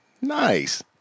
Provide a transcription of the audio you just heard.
Nice